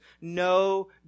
no